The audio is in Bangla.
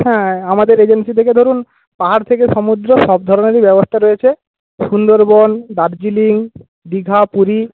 হ্যাঁ আমাদের এজেন্সি থেকে ধরুন পাহাড় থেকে সমুদ্র সব ধরনেরই ব্যবস্থা রয়েছে সুন্দরবন দার্জিলিং দীঘা পুরী